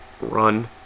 run